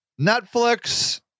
Netflix